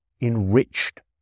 enriched